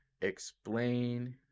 Explain